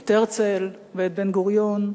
את הרצל ואת בן-גוריון.